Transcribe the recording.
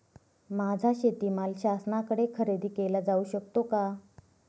माझा शेतीमाल शासनाकडे खरेदी केला जाऊ शकतो का?